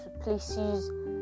places